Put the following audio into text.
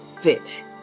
fit